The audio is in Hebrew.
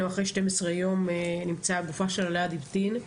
אחרי 12 ימים נמצאה הגופה שלה ליד איבטין.